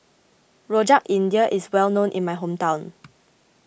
Rojak India is well known in my hometown